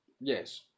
Yes